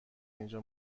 اینجا